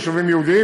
ביישובים יהודיים,